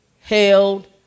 held